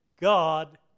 God